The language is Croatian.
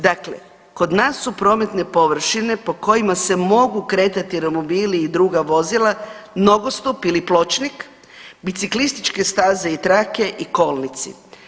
Dakle, kod nas su prometne površine po kojima se mogu kretati romobili i druga vozila, nogostup ili pločnik, biciklističke staze i trake i kolnici.